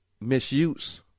misuse